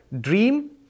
dream